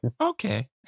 okay